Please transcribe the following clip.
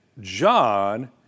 John